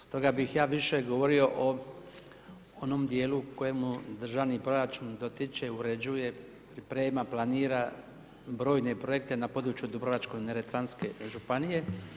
Stoga bih ja više govorio o onom dijelu u kojemu državni proračun dotiče, uređuje, priprema, planira brojne projekte na području Dubrovačko-neretvanske županije.